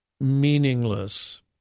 meaningless